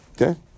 Okay